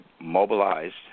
mobilized